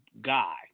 guy